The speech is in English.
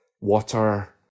water